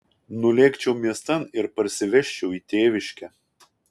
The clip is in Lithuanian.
nulėkčiau miestan ir parsivežčiau į tėviškę